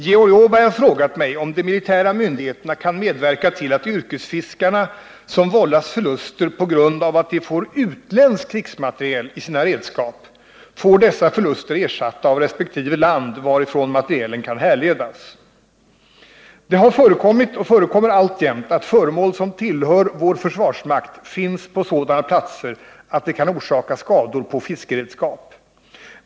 Herr talman! Georg Åberg har frågat mig, om de militära myndigheterna kan medverka till att yrkesfiskarna som vållas förluster på grund av att de får utländsk krigsmateriel i sina redskap, får dessa förluster ersatta av det land varifrån materielen kan härledas. Det har förekommit och förekommer alltjämt att föremål som tillhör vår försvarsmakt finns på sådana platser att de kan orsaka skador på fiskeredskap.